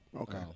Okay